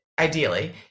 ideally